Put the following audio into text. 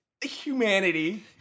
Humanity